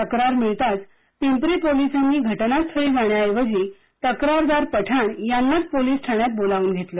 तक्रार मिळताच पिंपरी पोलिसांनी घटनास्थळी जाण्याऐवजी तक्रारदार पठाण यांनाच पोलीस ठाण्यात बोलावून घेतलं